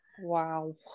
Wow